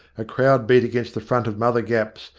a crowd beat against the front of mother gapp's,